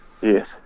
yes